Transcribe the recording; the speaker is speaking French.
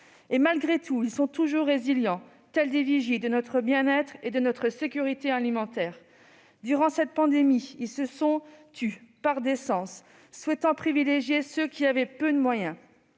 sont malgré tout résilients, comme toujours, telles des vigies de notre bien-être et de notre sécurité alimentaire. Durant cette pandémie, ils se sont tus, par décence, souhaitant privilégier ceux qui avaient peu de moyens,